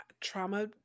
trauma